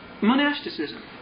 Monasticism